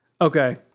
Okay